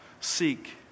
Seek